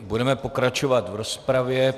Budeme pokračovat v rozpravě.